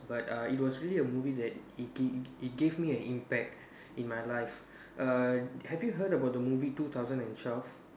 but uh it was really a movie that it it it gave me a impact in my life err have you hard about the movie two thousand and twelve